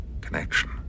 connection